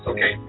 Okay